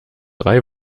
drei